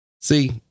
See